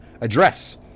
address